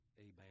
Amen